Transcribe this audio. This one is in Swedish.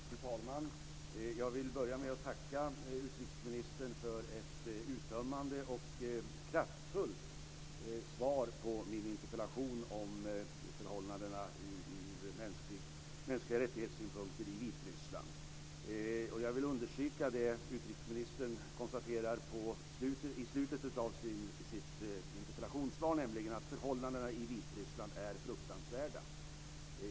Fru talman! Jag vill börja med att tacka utrikesministern för ett uttömmande och kraftfullt svar på min interpellation om förhållandena för de mänskliga rättigheterna i Vitryssland. Jag vill understryka det som utrikesministern konstaterar i slutet av sitt interpellationssvar, nämligen att förhållandena i Vitryssland är fruktansvärda.